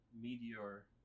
meteor